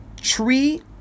tree